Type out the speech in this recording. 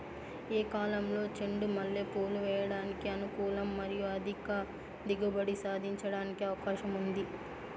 ఏ కాలంలో చెండు మల్లె పూలు వేయడానికి అనుకూలం మరియు అధిక దిగుబడి సాధించడానికి అవకాశం ఉంది?